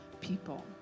people